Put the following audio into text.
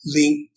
link